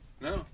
No